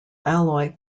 alloy